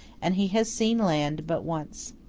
and he has seen land but once.